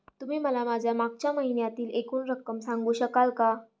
तुम्ही मला माझ्या मागच्या महिन्यातील एकूण रक्कम सांगू शकाल का?